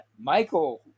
Michael